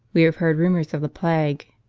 we have heard rumours of the plague.